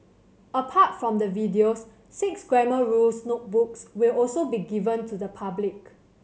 apart from the videos six Grammar Rules notebooks will also be given to the public